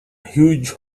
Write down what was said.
huge